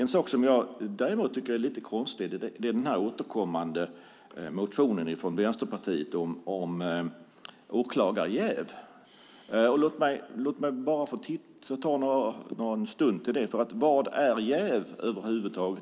Något som jag däremot tycker är lite märkligt är den återkommande motionen från Vänsterpartiet om åklagarjäv. Låt mig ägna en stund åt det. Vad är jäv?